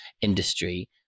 industry